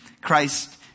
Christ